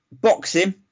Boxing